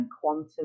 quantum